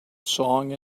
song